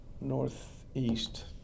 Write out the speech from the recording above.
northeast